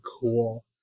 cool